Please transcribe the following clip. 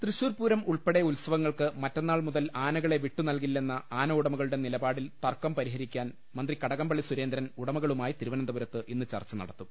തൃശൂർ പൂരം ഉൾപ്പെടെ ഉത്സവങ്ങൾക്ക് മറ്റന്നാൾ മുതൽ ആന കളെ വിട്ടു നൽകില്ലെന്ന ആന ഉടമകളുടെ നിലപാടിൽ തർക്കം പരിഹരിക്കാൻ മുന്ത്രി കുടകംപള്ളി സുരേന്ദ്രൻ ഉടമകളുമായി തിരു വനന്തപുരത്ത് ഇന്ന് ചർച്ച നടത്തും